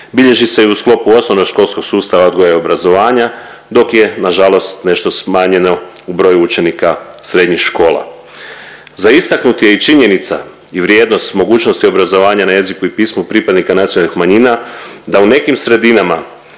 bilježi se i u sklopu osnovnoškolskog sustava odgoja i obrazovanja, dok je nažalost nešto smanjeno u broju učenika srednjih škola. Za istaknut je i činjenica i vrijednost mogućnosti obrazovanja na jeziku i pismu pripadnika nacionalnih manjina da u nekim sredinama